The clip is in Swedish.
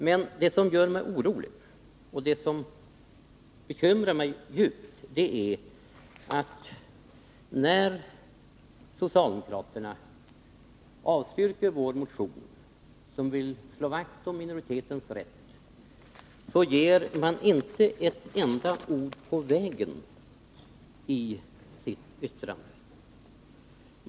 Men det som gör mig orolig och det som bekymrar mig djupt är att när socialdemokraterna avstyrker vår motion, som vill slå vakt om minoritetens rätt, ger man inte ett enda ord på vägen i sitt yttrande.